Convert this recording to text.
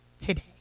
today